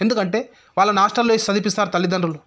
ఎందుకంటే వాళ్ళను హాస్టల్లో వేసి చదివిస్తారు తల్లిదండ్రులు